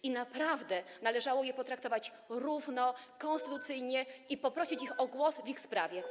I naprawdę należało je potraktować równo, konstytucyjnie i poprosić je o głos w ich sprawie.